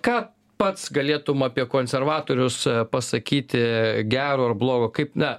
ką pats galėtum apie konservatorius pasakyti gero ar blogo kaip na